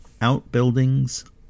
outbuildings